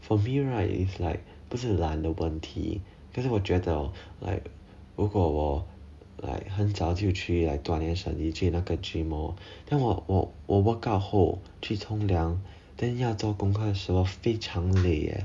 for me right is like 不是懒的问题可是我觉得 like 如果我 like 很早就去 like 锻炼身体去那个 gym then 我我我 workout 后去冲凉 then 要做功课时候非常累 leh